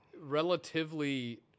relatively